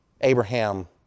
Abraham